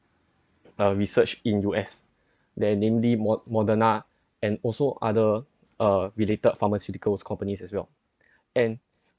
the research in U_S they namely mod~ moderna and also other uh related pharmaceutical companies as well and